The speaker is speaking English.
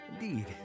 Indeed